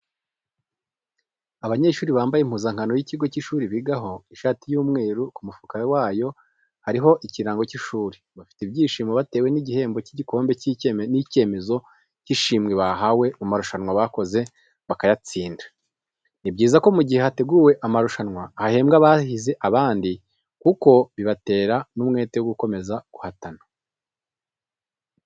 Abanyeshuri bambaye impuzankano y'ikigo cy'ishuri bigaho, ishati y'umweru, ku mufuka wayo hariho ikirango cy'ishuri, bafite ibyishimo batewe n'igihembo cy'igikombe n'icyemezo cy'ishimwe bahawe mu marushanwa bakoze bakayatsinda. Ni byiza ko mu gihe hateguwe amarushanwa hahembwa abahize abandi kuko bibatera n'umwete wo gukomeza guhatana.